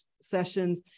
sessions